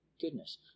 goodness